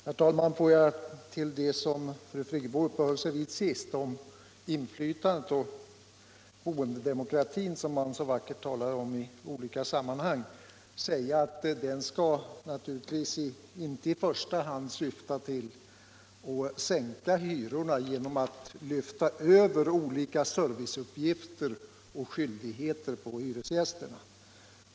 Herr talman! Låt mig med anledning av det som fru Friggebo sist uppehöll sig vid, nämligen inflytande och boendedemokrati, som man så vackert talar om i olika sammanhang, säga att detta naturligtvis inte i första hand skall syfta till att sänka hyrorna genom att lyfta över olika serviceuppgifter och skyldigheter på hyresgästerna.